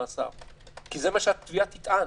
כי זה מה שהתביעה תטען.